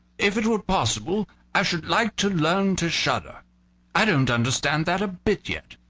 if it were possible i should like to learn to shudder i don't understand that a bit yet.